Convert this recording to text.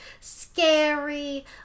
scary